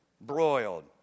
broiled